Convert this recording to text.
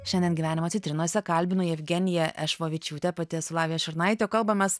šiandien gyvenimo citrinose kalbinu jevgeniją ešvovičiūtę pati esu lavija šurnaitė o kalbamės